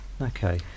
okay